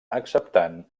acceptant